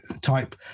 type